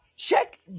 Check